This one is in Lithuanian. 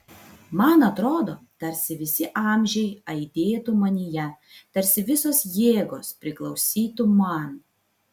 man atrodo tarsi visi amžiai aidėtų manyje tarsi visos jėgos priklausytų man